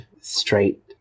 straight